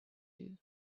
you